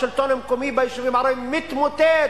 השלטון המקומי ביישובים הערביים מתמוטט,